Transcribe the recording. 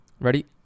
Ready